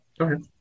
Okay